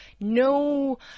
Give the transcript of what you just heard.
no